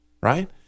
right